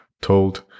told